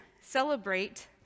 celebrate